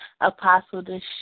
Apostle